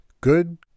Good